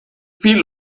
viele